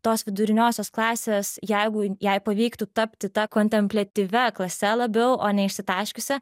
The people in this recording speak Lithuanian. tos viduriniosios klasės jeigu jai pavyktų tapti ta kontempliatyvia klase labiau o ne išsitaškiusia